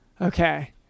Okay